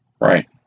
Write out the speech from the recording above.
Right